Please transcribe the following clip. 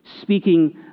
speaking